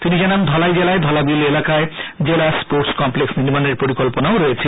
তিনি জানান খোয়াই জেলায় ধলাবিল এলাকায় জেলা স্পোর্টস কমপ্লেক্স নির্মানের পরিকল্পনাও রয়েছে